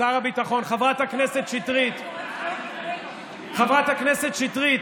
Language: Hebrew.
שר הביטחון, חברת הכנסת שטרית, חברת הכנסת שטרית,